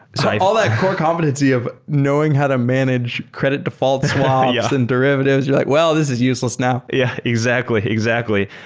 so all that core competency of knowing how to manage credit defaults swaps yeah and derivatives. you're like, well, this is useless now. yeah, exactly, exactly.